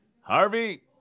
Harvey